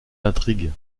intrigues